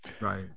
Right